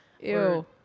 Ew